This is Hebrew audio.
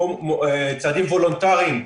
צעדים וולונטריים,